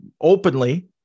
openly